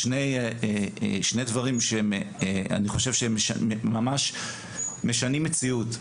שני דברים שאני חושב שהם ממש משנים מציאות,